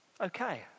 okay